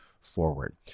forward